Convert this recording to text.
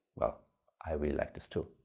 well i really like this, too.